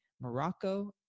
Morocco